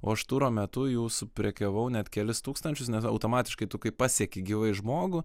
o aš turo metu jų suprekiavau net kelis tūkstančius nes automatiškai tu kai pasieki gyvai žmogų